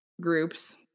groups